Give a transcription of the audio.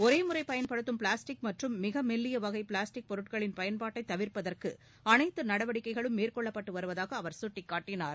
ஒரே முறை பயன்படுத்தும் பிளாஸ்டிக் மற்றும் மிக மெல்லிய வகை பிளாஸ்டிக் பொருட்களின் பயன்பாட்டைத் தவிர்ப்பதற்கு அனைத்து நடவடிக்கைகளும் மேற்கொள்ளப்பட்டு வருவதாக அவர் சுட்டிக்காட்டினார்